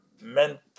meant